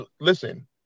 listen